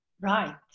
Right